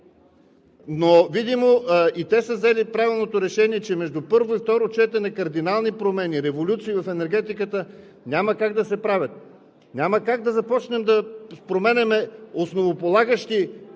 но видимо и те са взели правилното решение, че между първо и второ четене кардинални промени, революции в енергетиката няма как да се правят. Няма как да започнем да променяме основополагащи